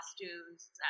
costumes